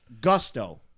Gusto